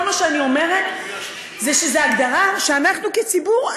כל מה שאני אומרת זה שזו הגדרה שאנחנו כציבור,